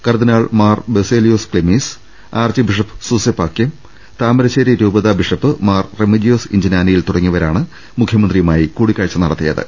കർദിനാൾ Mar Baselios Cleemis archbishop Soosapakiam Thamarassery രൂപതാ bishop Mar Remigiose Inchananiyil തുടങ്ങിയവരാണ് മുഖ്യമന്ത്രിയുമായി കൂടിക്കാഴ്ച നടത്തിയ ത്